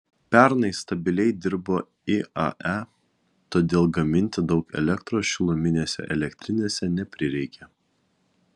pernai stabiliai dirbo iae todėl gaminti daug elektros šiluminėse elektrinėse neprireikė